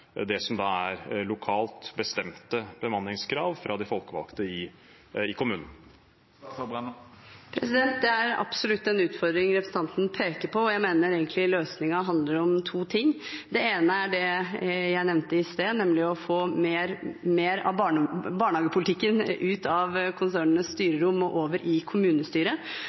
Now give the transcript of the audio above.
det som er lokalt bestemte bemanningskrav fra de folkevalgte i kommunen? Det er absolutt en utfordring representanten peker på. Jeg mener løsningen egentlig handler om to ting. Det ene er det jeg nevnte i stad, nemlig å få mer av barnehagepolitikken ut av konsernenes styrerom og over i kommunestyret.